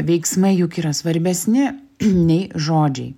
veiksmai juk yra svarbesni nei žodžiai